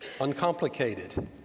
uncomplicated